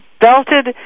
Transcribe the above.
belted